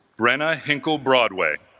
rena hinkle broadway